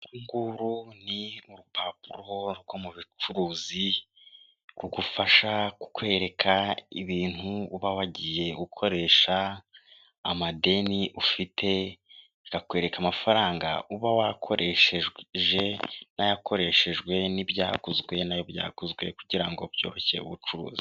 Uru nguru ni urupapuro rwo mu bucuruzi rugufasha kukwereka ibintu uba wagiye ukoresha, amadeni ufite, rukakwereka amafaranga uba wakoresheje n'ayakoreshejwe, n'ibyakozwe n'ayo byaguzwe kugira ngo byoroshye ubucuruzi.